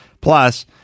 plus